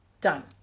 Done